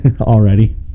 Already